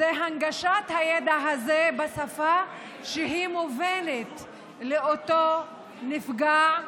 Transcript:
הנגשת הידע הזה בשפה המובנת לאותו נפגע,